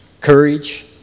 courage